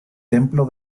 templo